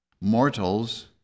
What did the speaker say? Mortals